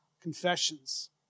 confessions